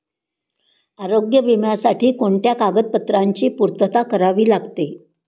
आरोग्य विम्यासाठी कोणत्या कागदपत्रांची पूर्तता करावी लागते?